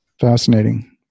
Fascinating